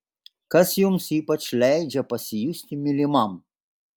kas jums ypač leidžia pasijusti mylimam